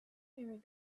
merry